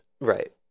Right